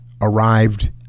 arrived